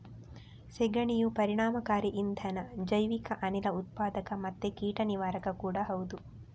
ಸೆಗಣಿಯು ಪರಿಣಾಮಕಾರಿ ಇಂಧನ, ಜೈವಿಕ ಅನಿಲ ಉತ್ಪಾದಕ ಮತ್ತೆ ಕೀಟ ನಿವಾರಕ ಕೂಡಾ ಹೌದು